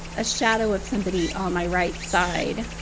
a shadow of somebody on my right side.